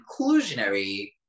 inclusionary